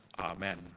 Amen